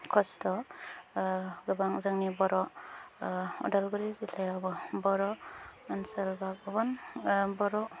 कस्त' गोबां जोंनि बर' उदालगुरि जिल्लायावबो बर' ओनसोल बा गुबुन बर'